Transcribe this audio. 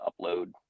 upload